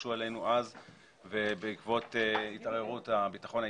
שהתרגשו עלינו והתערערות הביטחון האישי,